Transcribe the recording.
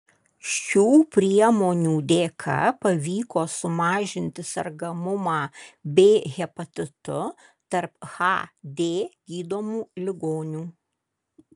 šių priemonių dėka pavyko sumažinti sergamumą b hepatitu tarp hd gydomų ligonių